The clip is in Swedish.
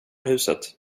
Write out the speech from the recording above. huset